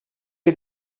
que